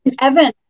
Evan